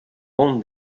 bom